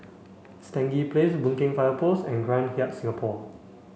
Stangee Place Boon Keng Fire Post and Grand Hyatt Singapore